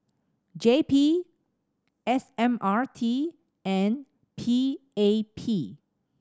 J P S M R T and P A P